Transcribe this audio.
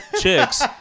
chicks